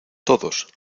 todos